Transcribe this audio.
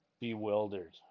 bewildered